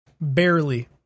barely